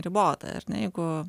ribota ar ne jeigu